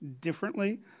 differently